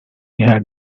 had